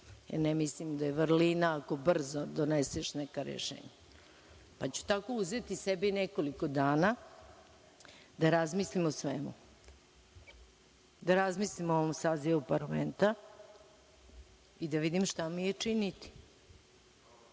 Ne mislim da je vrlina ako brzo doneseš neka rešenja, pa ću tako uzeti sebi nekoliko dana da razmislim o svemu, da razmislim o ovom sazivu parlamenta i da vidim šta mi je činiti,